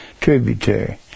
tributary